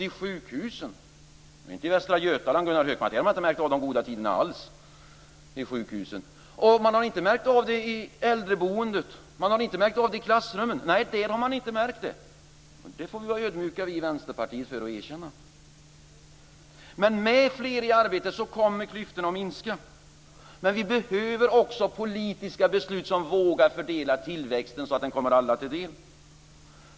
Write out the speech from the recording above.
I Västra Götaland har man på sjukhusen inte alls känt av de goda tiderna, Gunnar Hökmark. Man har inte känt av det i äldreboendet och inte i klassrummen. Det får vi i Vänsterpartiet vara ödmjuka och erkänna. Med fler i arbete kommer klyftorna att minska. Men vi behöver också politiska beslut som vågar fördela tillväxten så att den kommer alla till del.